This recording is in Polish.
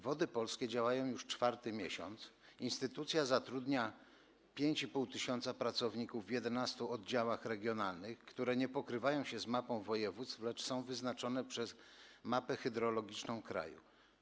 Wody Polskie działają już czwarty miesiąc, instytucja zatrudnia 5,5 tys. pracowników w 11 oddziałach regionalnych, które nie pokrywają się z mapą województw, lecz są wyznaczone według mapy hydrologicznej kraju.